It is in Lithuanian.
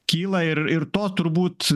kyla ir ir to turbūt